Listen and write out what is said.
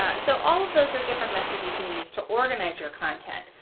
ah so all of those are different methods you can use to organize your content,